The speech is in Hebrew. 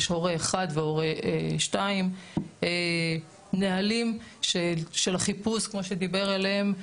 יש הורה 1 והורה 2. נהלים של החיפוש כמו שדיבר עליהם,